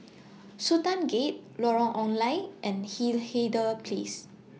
Sultan Gate Lorong Ong Lye and Hindhede Place